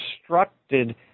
constructed